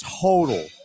total